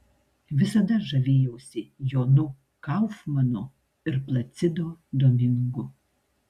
visada žavėjausi jonu kaufmanu ir placido domingu